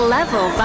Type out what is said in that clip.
Level